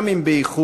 גם אם באיחור,